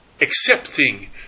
accepting